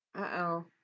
Uh-oh